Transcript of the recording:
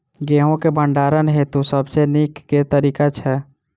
गेंहूँ केँ भण्डारण हेतु सबसँ नीक केँ तरीका छै?